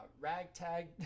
ragtag